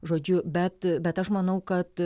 žodžiu bet bet aš manau kad